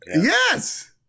Yes